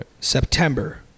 September